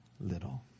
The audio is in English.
little